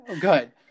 Good